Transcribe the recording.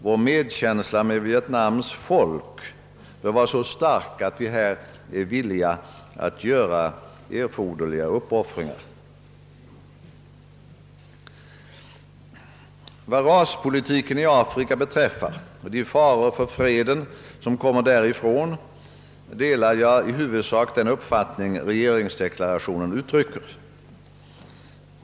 Vår medkänsla med Vietnams folk bör vara så stark, att vi här är villiga att göra erforderliga uppoffringar. Vad raspolitiken i Afrika beträffar och de faror för freden som kommer därifrån delar jag i huvudsak den uppfattning som regeringsdeklarationen uttrycker.